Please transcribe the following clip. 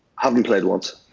haven't played once.